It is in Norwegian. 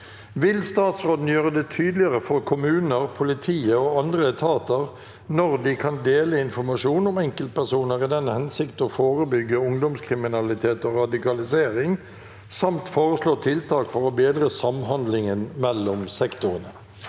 Vil statsråden gjøre det tydeligere for kommuner, politiet og andre etater når de kan dele informasjon om enkeltpersoner i den hensikt å forebygge ungdomskrimi- nalitet og radikalisering, samt foreslå tiltak for å bedre samhandlingen mellom sektorene?»